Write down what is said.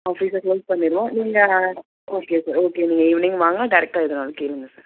ஆஃபிஸை close பண்ணிடுவோம் நீங்கள் okay sir okay நீங்கள் ஈவ்னிங் வாங்கள் டேரக்ட்டாக எதுன்னாலும் கேளுங்கள் சார்